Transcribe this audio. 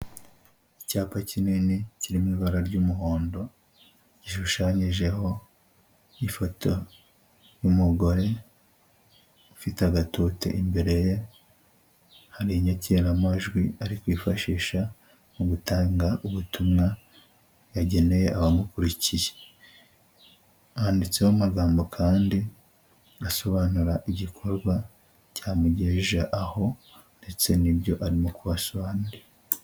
Icyapa kinini kirimo ibara ry'umuhondo gishushanyijeho ifoto y'umugore ufite agatote imbere ye, hari inyakiramajwi ari kwifashisha mu gutanga ubutumwa yageneye abamukurikiye yanditseho amagambo kandi asobanura igikorwa cyamugejeje aho ndetse n'ibyo arimo kubasha abandi.